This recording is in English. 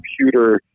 computer